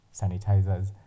sanitizers